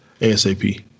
ASAP